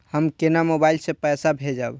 हम केना मोबाइल से पैसा भेजब?